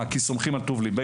למה, כי סומכים על טוב ליבנו?